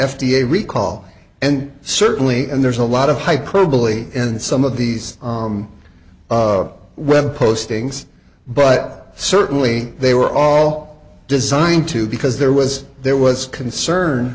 a recall and certainly and there's a lot of hyperbole in some of these web postings but certainly they were all designed to because there was there was concern